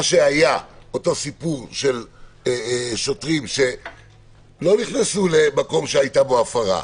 מה שהיה זה אותו סיפור של שוטרים שלא נכנסו למקום שהייתה בו ההפרה,